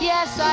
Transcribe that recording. Yes